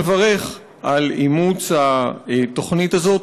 אני מברך על אימוץ התוכנית הזאת,